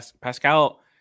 Pascal